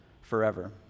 forever